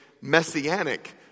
messianic